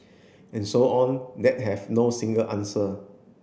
and so on that have no single answer